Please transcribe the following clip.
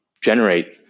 generate